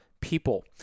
people